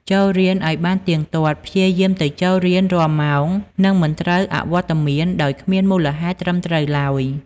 ចូលរៀនឱ្យបានទៀងទាត់ ព្យាយាមទៅចូលរៀនរាល់ម៉ោង និងមិនត្រូវអវត្តមានដោយគ្មានមូលហេតុត្រឹមត្រូវឡើយ។